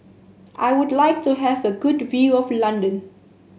I would like to have a good view of London